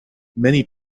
many